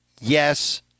yes